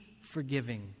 forgiving